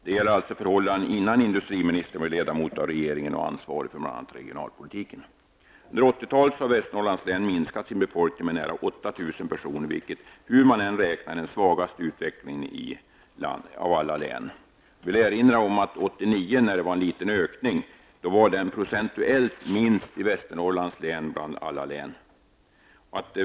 Det gäller alltså de förhållanden som rådde innan industriministern var ledamot av regeringen och ansvarig för bl.a. Under 80-talet har Västernorrlands län minskat sin befolkning med nära 8 000 personer, vilket, hur man än räknar, är den svagaste utvecklingen bland alla län i landet. Jag vill erinra om att den ökning som skedde i Västernorrlands län 1989 var den procentuellt sett minsta bland alla län.